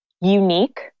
unique